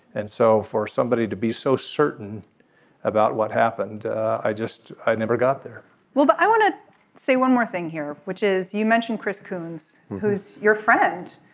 and so for somebody to be so certain about what happened. i just never got there well but i want to say one more thing here which is you mentioned chris coons who is your friend.